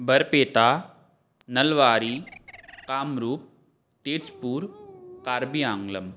बर्पिता नल्वारिः काम्रू तेजपुरम् कार्बि आङ्ग्लम्